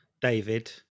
David